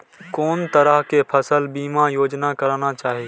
कोन तरह के फसल बीमा योजना कराना चाही?